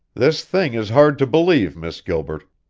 this thing is hard to believe, miss gilbert.